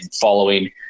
following